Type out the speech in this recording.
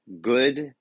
good